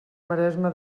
maresma